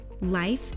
life